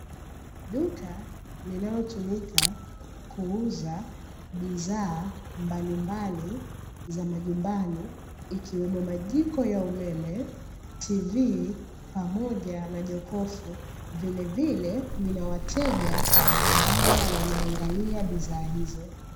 Duka linalotumika kuuza bidhaa mbalimbali za majumbani ikiwemo: majiko ya umeme, tv, pamoja na jokofu; vilevile lina wateja ambao wanaangalia bidhaa hizo.